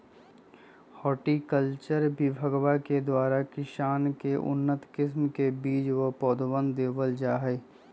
horticulture विभगवा के द्वारा किसान के उन्नत किस्म के बीज व पौधवन देवल जाहई